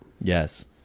Yes